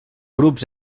grups